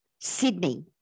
Sydney